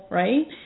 right